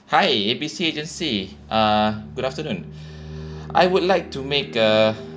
hi A B C agency uh good afternoon I would like to make a